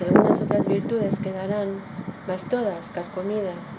algunas otras virtudes quedarán mas todas carcomidas